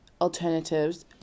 alternatives